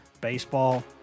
baseball